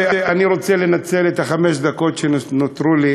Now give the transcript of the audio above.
שאני רוצה לנצל בשבילו את חמש הדקות שנותרו לי,